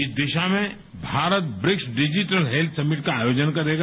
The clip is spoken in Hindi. इस दिशा में Bharat BRICS digital health summit का आयोजन करेगा